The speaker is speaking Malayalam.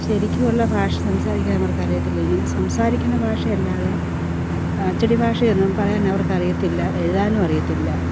ശരിക്കുള്ള ഭാഷ സംസാരിക്കാൻ അവർക്ക് അറിയത്തില്ല ഇങ്ങനെ സംസാരിക്കുന്ന ഭാഷയല്ലാതെ അച്ചടി ഭാഷയൊന്നും പറയാൻ അവർക്ക് അറിയത്തില്ല എഴുതാനും അറിയത്തില്ല